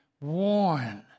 worn